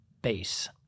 base